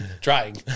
Trying